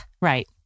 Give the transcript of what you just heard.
Right